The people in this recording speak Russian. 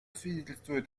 свидетельствует